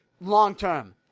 long-term